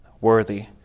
Worthy